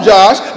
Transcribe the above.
Josh